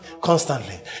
Constantly